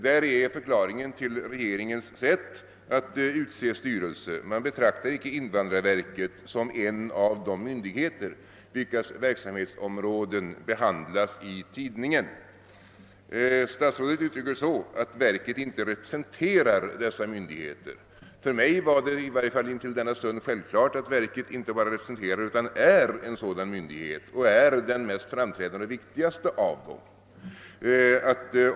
Detta är förklaringen till regeringens sätt att utse styrelsen. Man betraktar icke invandrarverket som en av de myndigheter, vilkas verksamhetsområden behandlas i tidningen. Statsrådet uttrycker förhållandet så att verket inte representerar dessa myndigheter. För mig var det, i varje fall intill denna stund, självklart att verket inte bara representerar utan är en sådan myndighet, dessutom den mest framträdande och viktigaste av dem.